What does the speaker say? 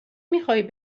میخواهی